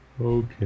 Okay